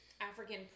African